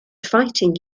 fighting